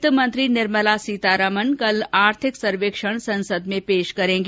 वित्त मंत्री निर्मला सीतारामन कल आर्थिक सर्वेक्षण संसद में पेश करेंगी